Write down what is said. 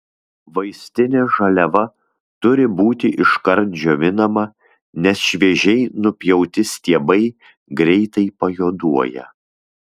vaistinė žaliava turi būti iškart džiovinama nes šviežiai nupjauti stiebai greitai pajuoduoja